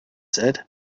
said